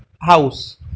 house